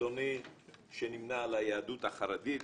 אדוני שנמנה על היהדות החרדית,